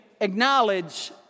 acknowledge